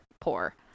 poor